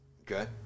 Okay